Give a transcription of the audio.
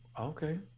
okay